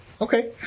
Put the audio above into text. Okay